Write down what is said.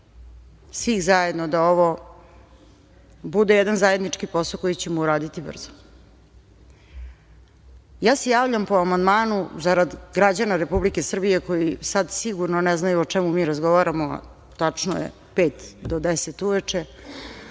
svih zajedno, da ovo bude jedan zajednički posao koji ćemo uraditi brzo. Ja se javljam po amandmanu zarad građana Republike Srbije koji sad sigurno ne znaju o čemu mi razgovaramo, a tačno je pet do 10 uveče.